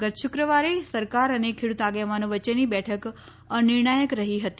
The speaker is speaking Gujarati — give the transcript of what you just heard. ગત શુક્રવારે સરકાર અને ખેડૂત આગેવાનો વચ્ચેની બેઠક અનિર્ણાયક રહી હતી